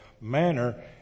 manner